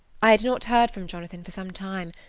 i had not heard from jonathan for some time,